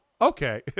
okay